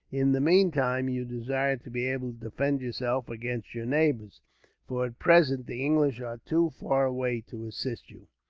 in the meantime, you desire to be able to defend yourself against your neighbours for, at present, the english are too far away to assist you.